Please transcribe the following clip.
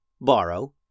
borrow